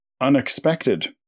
unexpected